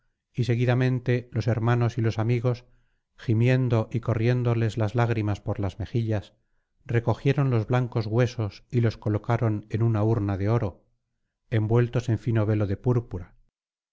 y seguidamente los hermanos y los amigos gimiendo yéndoles las lágrimas por las mejillas recogieron los blancos huesos y los colocaron en una urna de oro envueltos en fino velo de púrpura